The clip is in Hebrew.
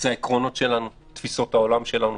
זה העקרונות שלנו, תפיסות העולם שלנו.